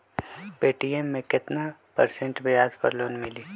Paytm मे केतना percent ब्याज पर लोन मिली?